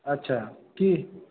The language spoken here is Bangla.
আচ্ছা কী